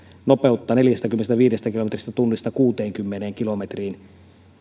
nopeutta neljästäkymmenestäviidestä kilometristä tunnissa kuuteenkymmeneen kilometriin se